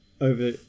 over